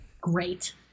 Great